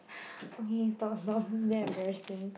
okay stop stop damn embarrassing